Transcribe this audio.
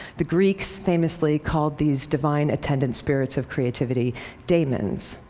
the greeks famously called these divine attendant spirits of creativity daemons.